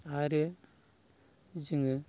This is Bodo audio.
आरो जोङो